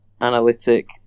analytic